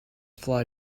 fly